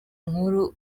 nkuru